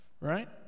right